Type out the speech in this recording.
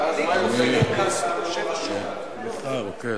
אתה, להיות שר, תהיה שר לא רע בכלל,